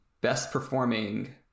best-performing